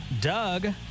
Doug